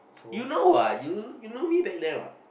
you know what you you know me back then what